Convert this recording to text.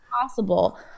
possible